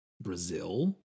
Brazil